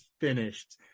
finished